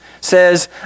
says